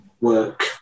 work